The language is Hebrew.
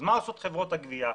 מה עושות חברות הגבייה?